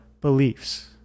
beliefs